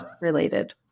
related